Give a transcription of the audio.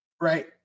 right